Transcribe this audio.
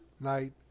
night